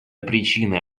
причины